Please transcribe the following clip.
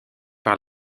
par